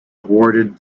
awarded